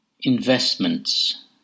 Investments